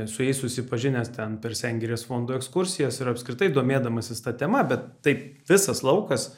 su jais susipažinęs ten per sengirės fondo ekskursijas ir apskritai domėdamasis ta tema bet taip visas laukas